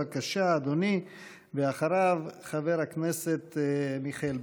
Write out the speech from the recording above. בבקשה, אדוני, ואחריו, חבר הכנסת מיכאל ביטון.